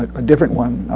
a different one.